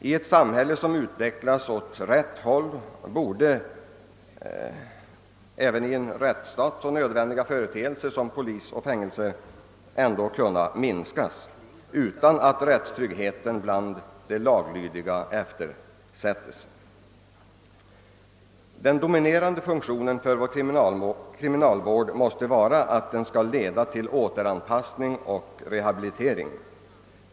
I ett samhälle som utvecklas åt rätt håll borde satsningar på även i en rättsstat så nödvändiga företeelser som polis och fängelser kunna minskas utan att rättstryggheten för de laglydiga eftersätts. Den dominerande funktionen för vår kriminalvård måste vara att leda till återanpassning och rehabilitering.